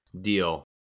deal